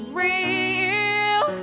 real